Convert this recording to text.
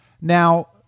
Now